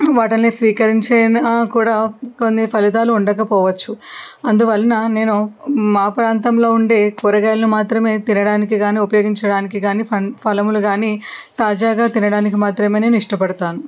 వాటిల్ని స్వీకరించిన కూడా కొన్ని ఫలితాలు ఉండకపోవచ్చు అందువలన నేను మా ప్రాంతంలో ఉండే కూరగాయల్ని మాత్రమే తినడానికి కాని ఉపయోగించడానికి కాని ఫన్ ఫలములు కాని తాజాగా తినడానికి మాత్రమే నేను ఇష్టపడతాను